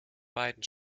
beiden